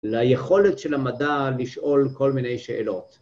ליכולת של המדע לשאול כל מיני שאלות.